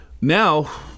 Now